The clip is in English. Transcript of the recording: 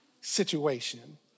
situation